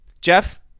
jeff